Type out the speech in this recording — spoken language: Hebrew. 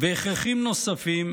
והכרחים נוספים,